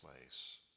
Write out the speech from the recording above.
place